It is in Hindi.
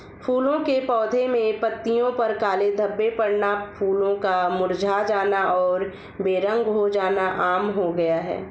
फूलों के पौधे में पत्तियों पर काले धब्बे पड़ना, फूलों का मुरझा जाना और बेरंग हो जाना आम हो गया है